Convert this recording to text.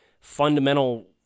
fundamental